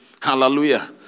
Hallelujah